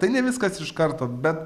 tai ne viskas iš karto bet